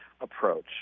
approach